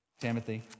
Timothy